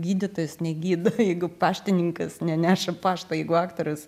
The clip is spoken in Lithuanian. gydytojas negydo jeigu paštininkas neneša pašto jeigu aktorius